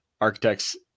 architects